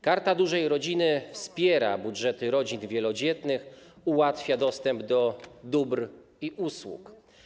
Karta Dużej Rodziny wspiera budżety rodzin wielodzietnych, ułatwia dostęp do dóbr i usług.